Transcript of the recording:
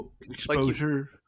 Exposure